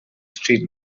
street